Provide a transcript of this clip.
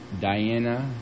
Diana